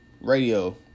radio